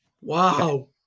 Wow